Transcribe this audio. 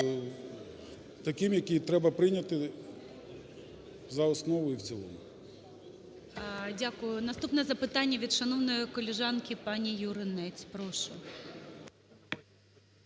таким, який треба прийняти за основу і в цілому. ГОЛОВУЮЧИЙ. Дякую. Наступне запитання від шановної колежанки пані Юринець. Прошу.